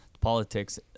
politics